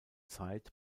zeit